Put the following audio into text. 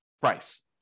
price